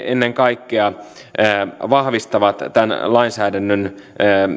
ennen kaikkea vahvistavat tämän lainsäädännön